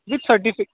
with सर्टिफि